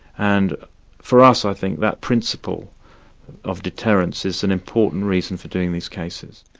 and for us i think, that principle of deterrence is an important reason for doing these cases.